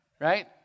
Right